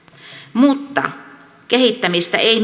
mutta kehittämistä ei